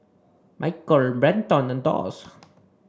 Michell Brenton and Doss